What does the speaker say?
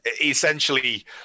essentially